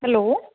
hello